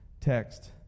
text